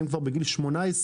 הם כבר בגיל 18,